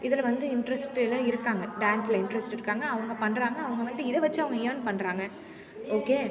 இதில் வந்து இன்ட்ரெஸ்ட்டில் இருக்காங்க டான்ஸில் இன்ட்ரெஸ்ட் இருக்காங்க அவங்க பண்ணுறாங்க அவங்க வந்து இதை வெச்சு அவங்க எர்ன் பண்ணுறாங்க ஓகே